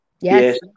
yes